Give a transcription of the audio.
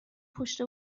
پشت